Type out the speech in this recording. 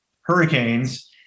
hurricanes